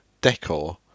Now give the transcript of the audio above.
decor